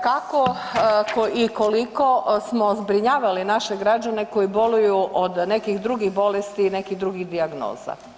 Kako i koliko smo zbrinjavali naše građane koji boluju od nekih drugih bolesti i nekih drugih dijagnoza?